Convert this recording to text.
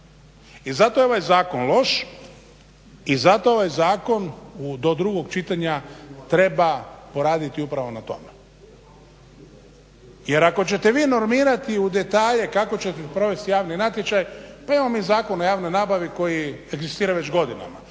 I zato je ovaj zakon loš i zato ovaj zakon do drugog čitanja treba poraditi upravo na tome. Jer ako ćete vi normirati u detalje kako ćete provesti javni natječaj pa imamo mi Zakon o javnoj nabavi koji egzistira već godinama